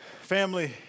family